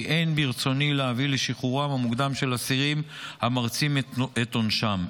כי אין ברצוני להביא לשחרורם המוקדם של אסירים המרצים את עונשם.